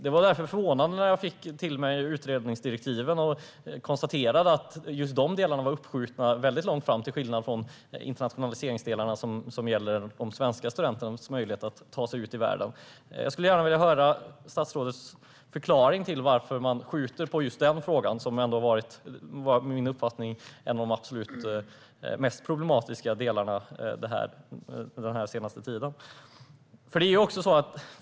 Det var därför förvånande när jag fick till mig utredningsdirektiven och kunde konstatera att just dessa delar var framskjutna väldigt långt, till skillnad från internationaliseringsdelarna som gäller de svenska studenternas möjligheter att ta sig ut i världen. Jag skulle gärna vilja höra statsrådets förklaring till varför man skjuter på just denna fråga, som enligt min uppfattning har varit en av de mest problematiska den senaste tiden.